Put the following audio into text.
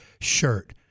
shirt